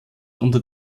unter